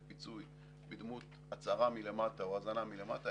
פיצוי בדמות הצערה מלמטה או הזנה מלמטה,